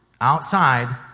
outside